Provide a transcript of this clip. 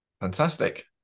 fantastic